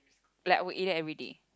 like I would eat that everyday